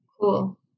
Cool